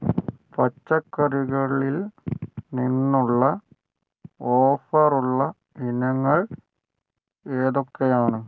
പച്ചക്കറികളിൽ നിന്നുള്ള ഓഫറുള്ള ഇനങ്ങൾ ഏതൊക്കെയാണ്